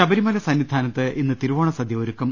ശബരിമല സന്നിധാനത്ത് ഇന്ന് തിരുവോണസദ്യ ഒരു ക്കും